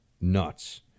nuts